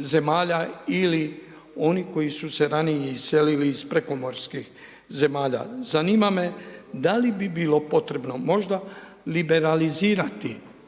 zemalja ili oni koji su se ranije iselili iz prekomorskih zemalja. Zanima me da li bi bilo potrebno možda liberalizirati